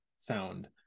sound